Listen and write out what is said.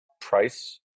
price